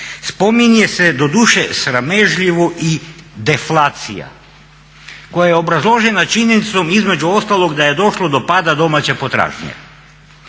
spominje se doduše sramežljivo i deflacija koja je obrazložena činjenicom između ostalog da je došlo do pada domaće potražnje.